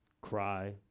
cry